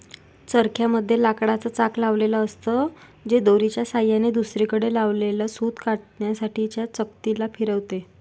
चरख्या मध्ये लाकडाच चाक लावलेल असत, जे दोरीच्या सहाय्याने दुसरीकडे लावलेल सूत कातण्यासाठी च्या चकती ला फिरवते